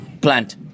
plant